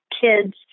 kids